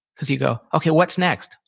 because you go, okay, what's next?